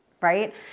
Right